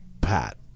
Pat